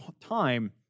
time